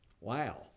Wow